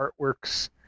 artworks